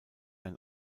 ein